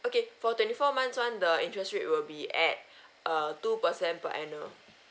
okay for twenty four months [one] the interest rate will be at uh two percent per annual